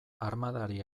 armadari